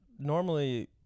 Normally